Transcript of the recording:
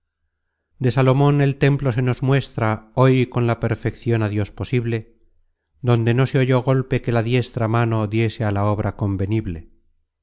de salomon el templo se nos muestra hoy con la perfecion á dios posible donde no se oyó golpe que la diestra mano diese á la obra convenible